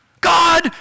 God